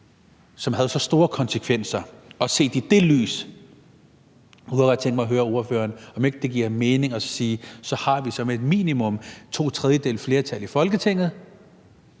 havde så store konsekvenser? Set i det lys kunne jeg godt tænke mig at høre ordføreren, om ikke det giver mening at sige, at der som et minimum skal være to tredjedeles flertal i Folketinget?